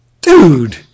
Dude